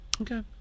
okay